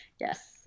yes